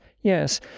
yes